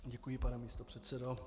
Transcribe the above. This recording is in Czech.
Děkuji, pane místopředsedo.